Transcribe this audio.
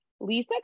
Lisa